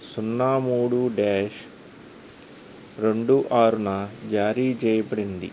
సున్నా మూడు డ్యాష్ రెండు ఆరున జారీ జేయబడింది